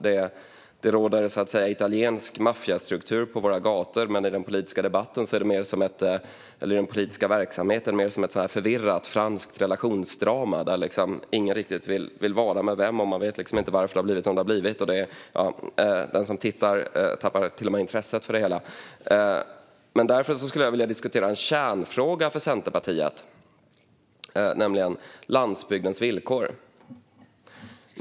Det råder italiensk maffiastruktur på våra gator. Men i den politiska verksamheten är det mer som ett förvirrat franskt relationsdrama där ingen riktigt vill vara med någon. Man vet inte varför det har blivit som det har blivit. Den som tittar tappar till och med intresset för det hela. Jag vill därför diskutera en kärnfråga för Centerpartiet, nämligen landsbygdens villkor.